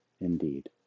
indeed